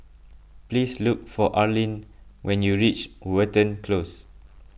please look for Arlyn when you reach Watten Close